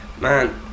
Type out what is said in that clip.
Man